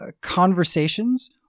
conversations